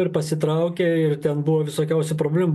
ir pasitraukė ir ten buvo visokiausių problemų